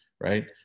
right